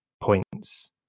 points